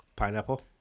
Pineapple